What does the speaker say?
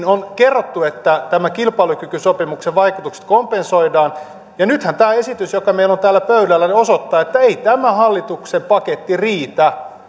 on kerrottu että kilpailukykysopimuksen vaikutukset kompensoidaan niin nythän tämä esitys joka meillä on täällä pöydällä osoittaa että ei hallituksen paketti riitä